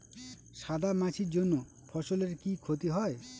সাদা মাছির জন্য ফসলের কি ক্ষতি হয়?